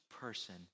person